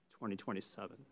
2027